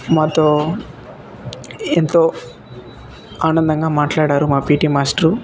మాతో ఎంతో ఆనందంగా మాట్లాడారు మా పీటీ మాస్టరు